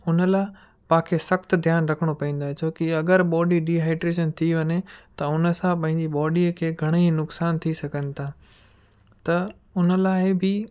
उन लाइ पाणखे सख़्तु ध्यानु रखणो पवंदो आहे छो की अगरि बॉडी डिहाइड्रेशन थी वञे त उन सां पंहिंजी बॉडीअ खे घणे ई नुक़सान थी सघनि था त उन लाइ बि